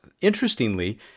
Interestingly